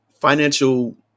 financial